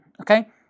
Okay